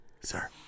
Sir